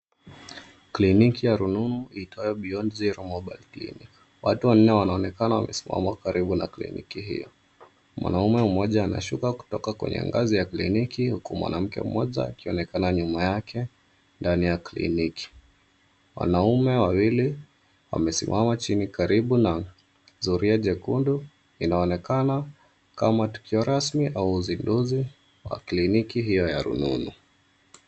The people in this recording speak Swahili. Kliniki ya rununu iitwayo Beyond Zero Mobile Clinic. Watu wanne wanaonekana wamesimama karibu na kliniki hiyo. Mwanaume mmoja anashuka kutoka kwenye ngazi ya kliniki huku mwanamke mmoja akionekana nyuma yake ndani ya kliniki. Wanaume wawili wamesimama chini karibu na zulia jekundu. Inaonekana kama tukio rasmi au uzinduzi wa kliniki hiyo ya rununu.